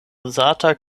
uzata